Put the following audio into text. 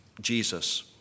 Jesus